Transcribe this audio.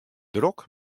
drok